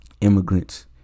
immigrants